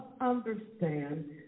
understand